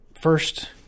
first